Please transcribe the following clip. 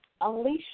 Alicia